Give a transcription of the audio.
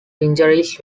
injuries